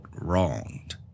wronged